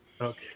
Okay